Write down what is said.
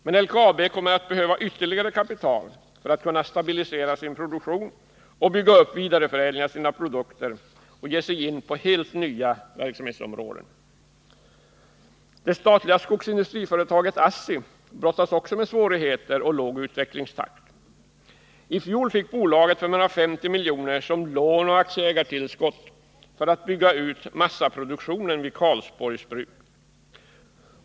Men LKAB kommer att behöva ytterligare kapital för att kunna stabilisera sin produktion, bygga upp vidareförädling av sina produkter och ge sig in på helt nya verksamhetsområden. Det statliga skogsindustriföretaget ASSI brottas också med svårigheter och låg utvecklingstakt. I fjol fick bolaget 550 milj.kr. som lån och aktieägartillskott för utbyggnad av massaproduktionen vid Karlsborgsbruk.